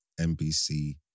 NBC